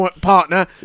partner